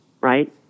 right